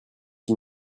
qui